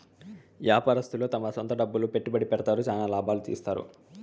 వ్యాపారస్తులు తమ సొంత డబ్బులు పెట్టుబడి పెడతారు, చానా లాభాల్ని తీత్తారు